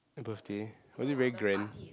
birthday was it very grand